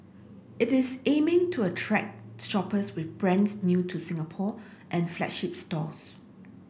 it is aiming to attract shoppers with brands new to Singapore and flagship stores